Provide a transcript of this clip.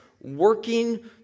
Working